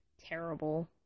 terrible